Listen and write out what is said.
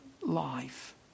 life